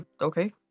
okay